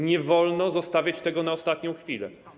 Nie wolno zostawiać tego na ostatnią chwilę.